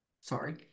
sorry